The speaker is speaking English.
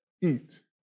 eat